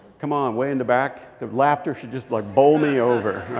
come on way in the back? the laughter should just, like, bowl me over,